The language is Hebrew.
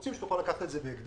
רוצים שהיא תוכל לקחת את זה בהקדם